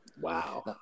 wow